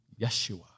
Yeshua